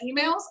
emails